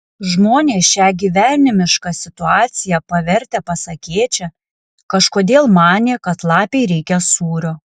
žmonės šią gyvenimišką situaciją pavertę pasakėčia kažkodėl manė kad lapei reikia sūrio